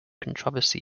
controversy